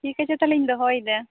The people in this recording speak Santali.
ᱴᱷᱤᱠ ᱟᱪᱷᱮ ᱛᱟᱦᱚᱞᱮᱧ ᱫᱚᱦᱚᱭᱮᱫᱟ